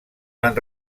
van